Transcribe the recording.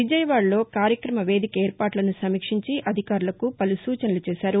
విజయవాడలో కార్యక్రమ వేదిక ఏర్పాట్లను సమీక్షించి అధికారులకు పలు సూచనలు చేశారు